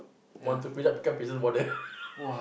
want to fill up become prison warden